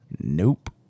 Nope